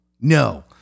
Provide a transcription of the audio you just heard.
No